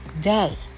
day